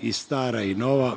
i stara i nova.